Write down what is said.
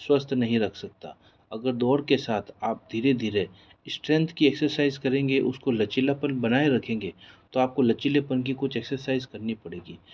स्वस्थ नहीं रख सकता अगर दौड़ के साथ आप धीरे धीरे स्ट्रैंथ की एक्सरसाइज़ करेंगे उसको लचीलापन बनाए रखेंगे तो आपको लचीलेपन की कुछ एक्सरसाइज़ करनी पड़ेगी